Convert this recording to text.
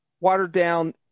Watered-down